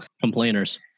Complainers